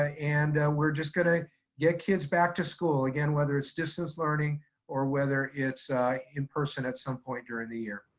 and we're just gonna get kids back to school. again, whether it's distance learning or whether it's in-person at some point during the year.